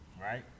right